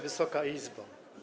Wysoka Izbo!